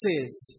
says